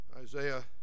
Isaiah